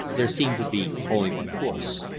there seemed to be only one course.